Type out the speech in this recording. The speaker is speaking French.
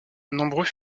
nombreux